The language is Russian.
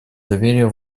доверия